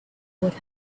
would